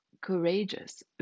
Courageous